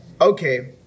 okay